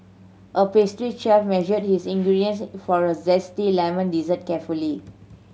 a pastry chef measured his ingredients for a zesty lemon dessert carefully